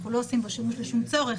אנחנו לא עושים בו שימוש לשום צורך,